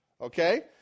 Okay